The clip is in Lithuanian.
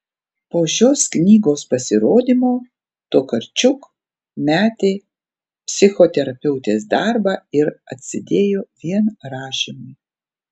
po šios knygos pasirodymo tokarčuk metė psichoterapeutės darbą ir atsidėjo vien rašymui